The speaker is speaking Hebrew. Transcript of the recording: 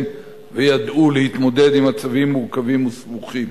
וידעו להתמודד עם מצבים מורכבים וסבוכים.